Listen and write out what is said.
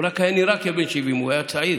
הוא רק היה נראה כבן 70, הוא היה צעיר,